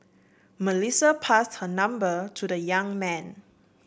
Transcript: Melissa pass her number to the young man